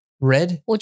Red